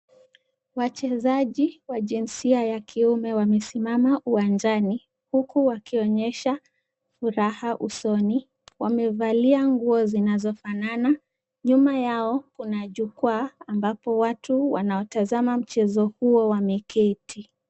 Wachezaji wa jinsia ya kiume wamesimama uwanjani, huku wakionyesha furaha usoni. Wamevalia nguo zinazofanana. Nyuma yao kuna jukwaa ambapo watu wanaotazama mchezo huo wameketi.